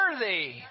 worthy